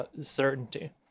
certainty